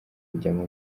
kujyamo